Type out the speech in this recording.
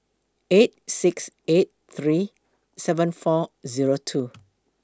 eight six eight three seven four Zero two